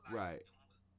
right